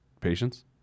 patience